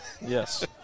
Yes